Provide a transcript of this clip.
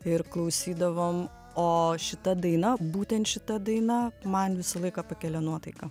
ir klausydavom o šita daina būtent šita daina man visą laiką pakelia nuotaiką